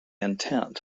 intent